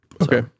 Okay